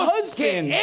husband